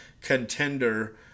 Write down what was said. contender